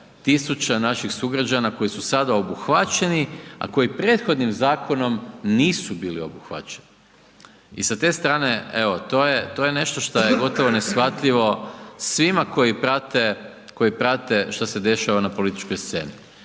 tisuća naših sugrađana koji su sada obuhvaćeni, a koji prethodnim zakonom nisu bili obuhvaćeni. I sa te strane, evo, to je nešto što je gotovo neshvatljivo svima koji prate što se dešava na političkoj sceni.